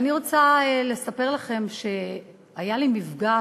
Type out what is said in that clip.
אני רוצה לספר לכם שהיה לי מפגש,